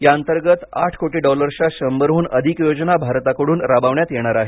या अंतर्गत आठ कोटी डॉलर्सच्या शंभरहून अधिक योजना भारताकडून राबवण्यात येणार आहेत